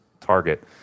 target